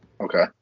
Okay